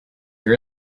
here